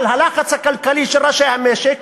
אבל הלחץ הכלכלי של ראשי המשק,